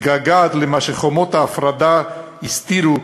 מתגעגעת למה שחומות ההפרדה הסתירו,